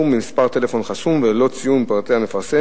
ממספר טלפון חסום וללא ציון פרטי המפרסם,